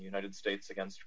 united states against